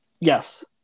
yes